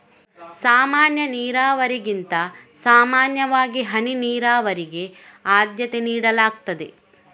ಸಾಮಾನ್ಯ ನೀರಾವರಿಗಿಂತ ಸಾಮಾನ್ಯವಾಗಿ ಹನಿ ನೀರಾವರಿಗೆ ಆದ್ಯತೆ ನೀಡಲಾಗ್ತದೆ